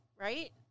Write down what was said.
Right